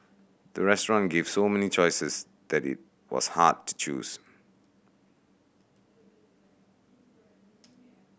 the restaurant gave so many choices that it was hard to choose